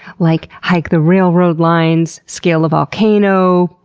like hike the railroad lines, scale a volcano,